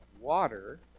water